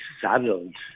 saddled